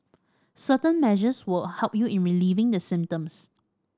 certain measures will help you in relieving the symptoms